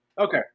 Okay